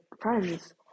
friends